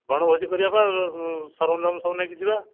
ବଣ ଭୋଜି କରିବା ପା ସରଞ୍ଜାମ ସବୁ ନେଇକି ଯିବା